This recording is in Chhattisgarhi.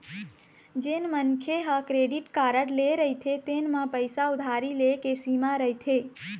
जेन मनखे ह क्रेडिट कारड ले रहिथे तेन म पइसा उधारी ले के सीमा रहिथे